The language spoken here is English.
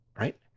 Right